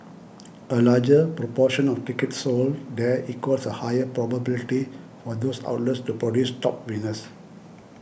a larger proportion of tickets sold there equals a higher probability for those outlets to produce top winners